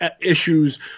issues